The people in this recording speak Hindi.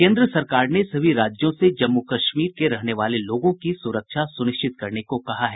केंद्र सरकार ने सभी राज्यों से जम्मू कश्मीर के रहने वाले लोगों की सुरक्षा सुनिश्चित करने को कहा है